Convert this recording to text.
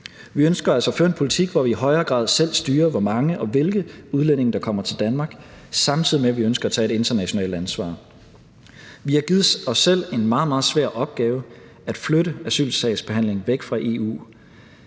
Vi ønsker altså at føre en politik, hvor vi i højere grad selv styrer, hvor mange og hvilke udlændinge der kommer til Danmark, samtidig med at vi ønsker at tage et internationalt ansvar. Vi har givet os selv en meget, meget svær opgave med at flytte asylsagsbehandlingen væk fra EU.